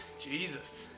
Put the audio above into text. Jesus